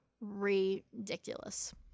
Ridiculous